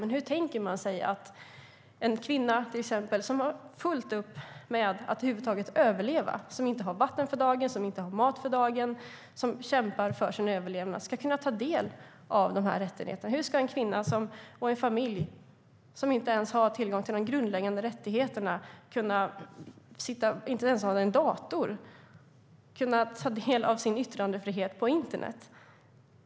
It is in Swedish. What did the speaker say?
Men hur tänker man sig att till exempel en kvinna som har fullt upp med att över huvud taget överleva, som inte har vatten för dagen och mat för dagen och som kämpar för sin överlevnad, ska kunna ta del av de här rättigheterna? Hur ska en kvinna och en familj som inte ens har tillgång till de grundläggande rättigheterna, och som inte ens har en dator, kunna sitta och ta del av sin yttrandefrihet på internet?